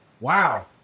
wow